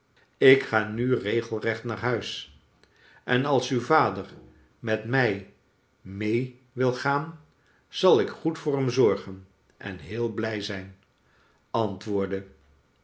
ik ga nu regelr echt naar huis en als uw vader met mij mee wil gaan zal ik goed voor hem zor gen en heel blij zijn antwoordde